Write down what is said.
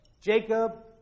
Jacob